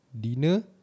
Dinner